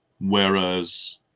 Whereas